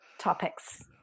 Topics